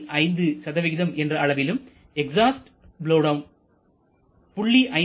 5 என்ற அளவிலும் exhaust blow down 0